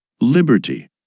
liberty